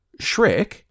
Shrek